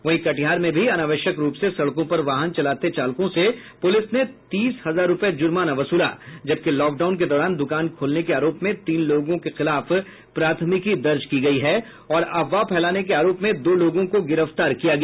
वहीं कटिहार में भी अनावश्यक रूप से सड़कों पर वाहन चलाते चालकों से पूलिस ने तीस हजार रूपये जुर्माना वसूला जबकि लॉकडाउन के दौरान दुकान खोलने के आरोप में तीन लोगों के खिलाफ प्राथमिकी दर्ज की गयी है और अफवाह फैलाने के आरोप में दो लोगों को गिरफ्तार किया गया